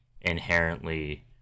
inherently